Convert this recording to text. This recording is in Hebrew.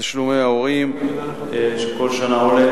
תשלומי ההורים, שכל שנה עולים.